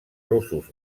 russos